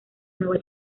nueva